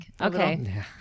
okay